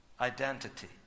identity